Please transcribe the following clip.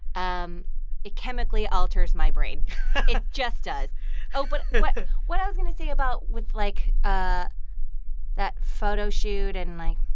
um it chemically alters my brain it just does oh, but what what i was going to say about with, like, ah that photo shoot and, and like,